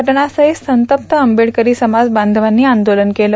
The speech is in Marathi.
घटनास्थळी संतप्त आंबेडकरी समाज बांधवांनी आंदोलन केलं